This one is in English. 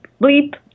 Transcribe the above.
bleep